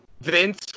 Vince